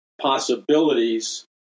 possibilities